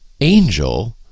angel